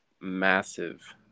massive